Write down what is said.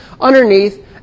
underneath